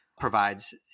provides